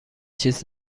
چیز